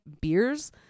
beers